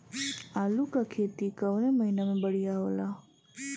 आलू क खेती कवने महीना में बढ़ियां होला?